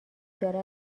داره